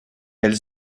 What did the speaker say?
elle